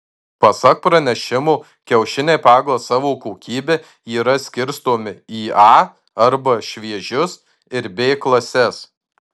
pasak pranešimo kiaušiniai pagal savo kokybę yra skirstomi į a arba šviežius ir b klases